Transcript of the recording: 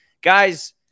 guys